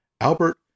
Albert